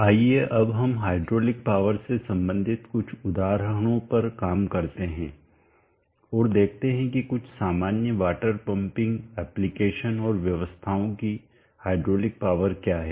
आइए अब हम हाइड्रोलिक पावर से संबंधित कुछ उदाहरणों पर काम करते हैं और देखते हैं कि कुछ सामान्य वाटर पम्पिंग एप्लिकेशन और व्यवस्थाओं की हाइड्रोलिक पावर क्या है